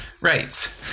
Right